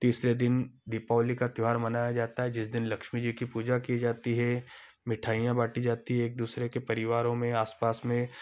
तीसरे दिन दीपावली का त्यौहार मनाया जाता है जिस दिन लक्ष्मी जी की पूजा की जाती है मिठाइयाँ बांटी जाती है एक दूसरे के परिवारों में आस पास में